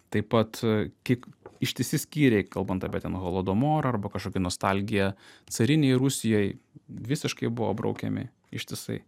taip pat kiek ištisi skyriai kalbant apie ten holodomorą arba kažkokią nostalgiją carinei rusijai visiškai buvo braukiami ištisai